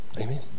Amen